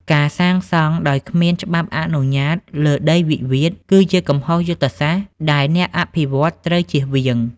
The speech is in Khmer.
ការសាងសង់ដោយគ្មានច្បាប់អនុញ្ញាតលើដីវិវាទ គឺជាកំហុសយុទ្ធសាស្ត្រដែលអ្នកអភិវឌ្ឍន៍ត្រូវចៀសវាង។